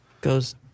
goes